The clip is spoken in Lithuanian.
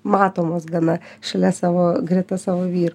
matomos gana šalia savo greta savo vyrų